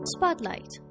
Spotlight